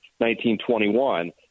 1921